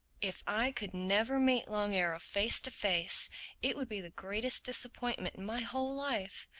if i could never meet long arrow face to face it would be the greatest disappointment in my whole life.